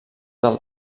del